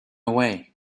away